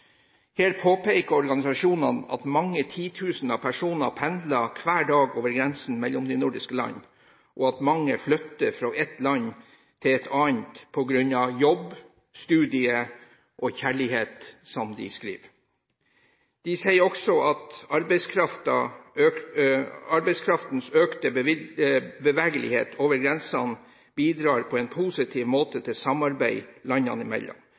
Her påpeker organisasjonene at mange titusener personer pendler hver dag over grensen mellom de nordiske land, og at mange flytter fra et land til et annet på grunn av jobb, studier og kjærlighet, som de skriver. De sier også at arbeidskraftens økte bevegelighet over grensene bidrar på en positiv måte til samarbeid landene imellom.